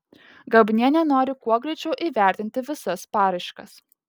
gabnienė nori kuo greičiau įvertinti visas paraiškas